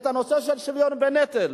בנושא של שוויון בנטל.